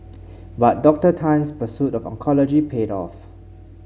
but Dr Tan's pursuit of oncology paid off